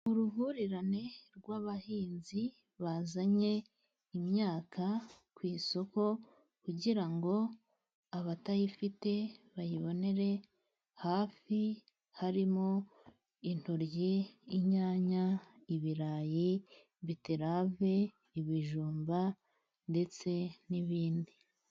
Uruhurirane rw'abahinzi bazanye imyaka ku isoko, kugira ngo abatayifite bayibonere hafi, harimo intoryi, inyanya, ibirayi, beterave, ibijumba, ndetse n'ibindi.